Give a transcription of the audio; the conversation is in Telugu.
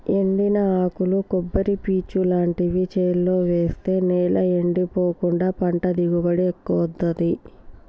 ఎండిన ఆకులు కొబ్బరి పీచు లాంటివి చేలో వేస్తె నేల ఎండిపోకుండా పంట దిగుబడి ఎక్కువొత్తదీ